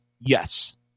Yes